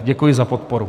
Děkuji za podporu.